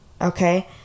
okay